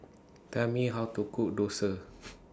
Tell Me How to Cook Dosa